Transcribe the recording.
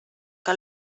que